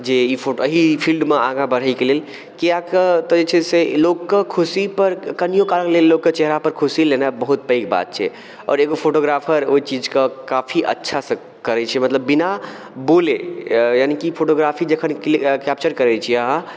जे ई फोटो एहि फील्डमे आगाँ बढ़ैके लेल किएक तऽ जे छै से लोक कऽ खुशी पर कनियो काल लेल लोक कऽ चेहरा पर खुशी लेनाय बहुत पैघ बात छै आओर एगो फोटोग्राफर ओहि चीज कऽ काफी अच्छासँ करैत छै मतलब बिना बोले यानी कि फोटोग्राफी जखन कैप्चर करैत छियै अहाँ